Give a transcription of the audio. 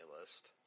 list